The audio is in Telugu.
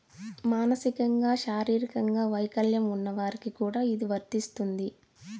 మానసికంగా శారీరకంగా వైకల్యం ఉన్న వారికి కూడా ఇది వర్తిస్తుంది